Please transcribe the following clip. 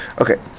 okay